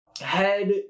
Head